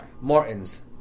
Martin's